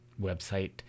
website